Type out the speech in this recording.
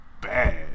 bad